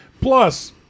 Plus